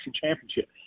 championship